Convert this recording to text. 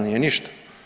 Nije ništa.